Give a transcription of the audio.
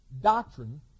doctrine